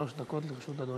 שלוש דקות לרשות אדוני.